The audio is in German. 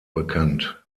bekannt